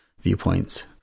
viewpoints